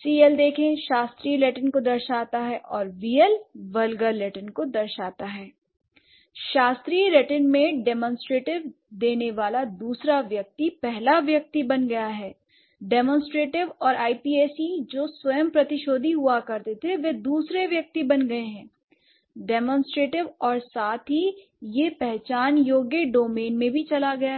C L देखें शास्त्रीय Latin को दर्शाता है और V L वल्गर लैटिन को दर्शाता है l शास्त्रीय लैटिन में डेमोंस्ट्रेटिव्स देने वाला दूसरा व्यक्ति पहला व्यक्ति बन गया है डेमोंस्ट्रेटिव्स और ipse जो स्वयं प्रतिशोधी हुआ करते थे वह दूसरे व्यक्ति बन गए हैं डेमोंस्ट्रेटिव् और साथ ही यह पहचान योग्य डोमेन में भी चला गया है